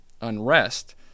unrest